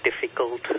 difficult